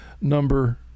Number